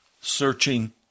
Searching